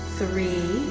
three